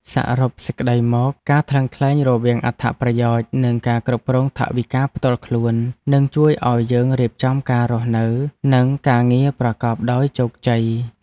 សរុបសេចក្តីមក ការថ្លឹងថ្លែងរវាងអត្ថប្រយោជន៍ និងការគ្រប់គ្រងថវិកាផ្ទាល់ខ្លួន នឹងជួយឱ្យយើងរៀបចំការរស់នៅ និងការងារប្រកបដោយជោគជ័យ។